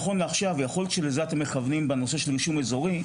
נכון לעכשיו- יכול להיות שלזה אתם מכוונים בנושא של רישום אזורי,